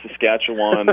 Saskatchewan